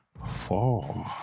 Four